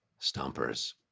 Stompers